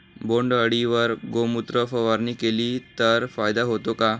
बोंडअळीवर गोमूत्र फवारणी केली तर फायदा होतो का?